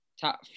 top